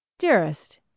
dearest